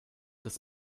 des